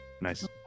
Nice